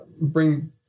bring